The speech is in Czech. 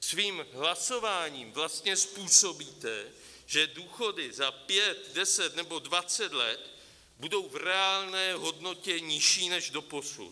Svým hlasováním vlastně způsobíte, že důchody za 5, 10 nebo 20 let budou v reálné hodnotě nižší než doposud.